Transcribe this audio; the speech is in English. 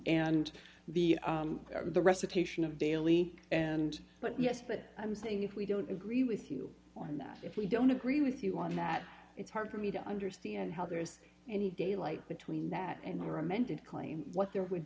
be the recitation of daily and but yes but i'm saying if we don't agree with you on that if we don't agree with you on that it's hard for me to understand how there's any daylight between that and our amended claim what there would